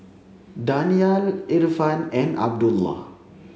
Danial Irfan and Abdullah